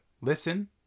listen